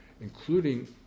including